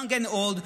young and old,